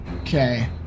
okay